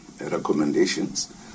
recommendations